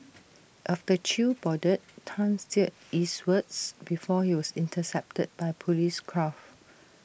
after chew boarded Tan steered eastwards before he was intercepted by Police craft